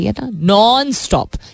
Non-stop